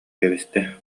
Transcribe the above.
кэбистэ